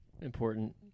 Important